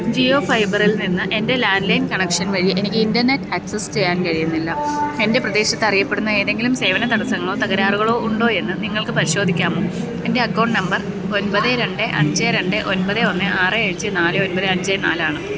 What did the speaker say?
ജിയോ ഫൈബറിൽ നിന്ന് എൻ്റെ ലാൻറ്റ് ലൈൻ കണക്ഷൻ വഴി എനിക്ക് ഇൻ്റർനെറ്റ് ആക്സസ് ചെയ്യാൻ കഴിയുന്നില്ല എൻ്റെ പ്രദേശത്തറിയപ്പെടുന്ന ഏതെങ്കിലും സേവന തടസ്സങ്ങളോ തകരാറുകളോ ഉണ്ടോയെന്ന് നിങ്ങൾക്ക് പരിശോധിക്കാമോ എൻ്റെ അക്കൗണ്ട് നമ്പർ ഒൻപത് രണ്ട് അഞ്ച് രണ്ട് ഒൻപത് ഒന്ന് ആറ് അഞ്ച് നാല് ഒൻപത് അഞ്ച് നാലാണ്